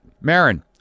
Marin